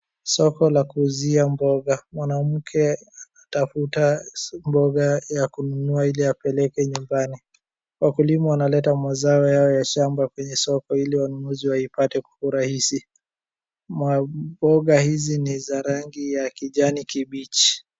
Soko la kuuzia mboga. Mwanamke anatafuta mboga ya kununua ili apeleke nyumbani mkulima analeta mazao yao ya shamba kwenye soko ili wanunuzi waipate kwa urahisi.,Mamboga hizi ni za rangi ya kijani kibichi.